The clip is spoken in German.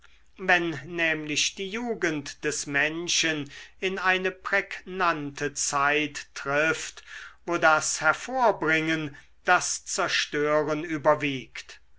wenn nämlich die jugend des menschen in eine prägnante zeit trifft wo das hervorbringen das zerstören überwiegt